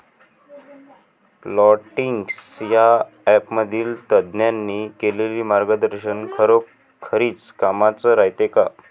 Plantix या ॲपमधील तज्ज्ञांनी केलेली मार्गदर्शन खरोखरीच कामाचं रायते का?